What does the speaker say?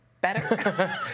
better